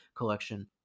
collection